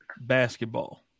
basketball